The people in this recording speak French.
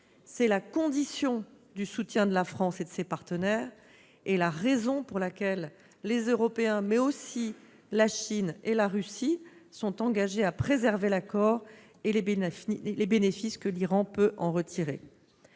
C'est la condition du soutien de la France et de ses partenaires et la raison pour laquelle les Européens, mais aussi la Chine et la Russie, sont déterminés à préserver l'accord et les bénéfices que l'Iran peut en retirer.